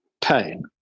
pain